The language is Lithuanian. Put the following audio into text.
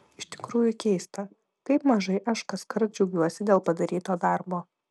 iš tikrųjų keista kaip mažai aš kaskart džiaugiuosi dėl padaryto darbo